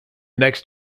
next